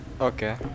Okay